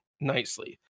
nicely